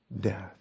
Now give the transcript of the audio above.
death